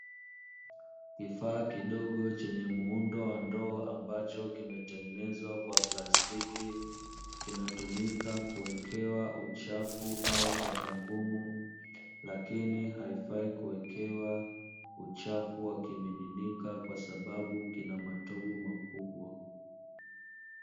Kifaa kidogo chenye muundo wa ndoo, ambacho kimetengenezwa kwa plastiki, kinatumika kuwekewa uchafu au taka ngumu, lakini haifai kuwekewa uchafu wa kimiminika kwa sababu kina matobo makubwa.